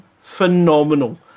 phenomenal